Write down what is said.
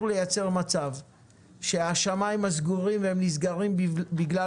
המצב הוא שהשמים הסגורים נסגרים בגלל